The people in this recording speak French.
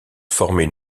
formait